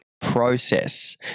process